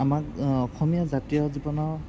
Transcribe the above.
আমাৰ অসমীয়া জাতীয় জীৱনৰ